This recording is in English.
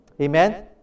Amen